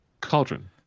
Cauldron